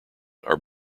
are